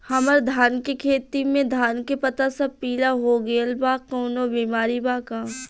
हमर धान के खेती में धान के पता सब पीला हो गेल बा कवनों बिमारी बा का?